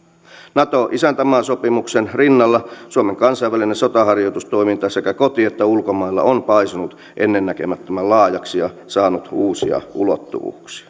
nato isäntämaasopimuksen rinnalla suomen kansainvälinen sotaharjoitustoiminta sekä koti että ulkomailla on paisunut ennennäkemättömän laajaksi ja saanut uusia ulottuvuuksia